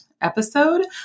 episode